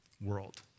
world